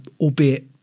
albeit